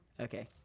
Okay